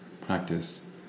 practice